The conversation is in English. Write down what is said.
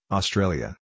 Australia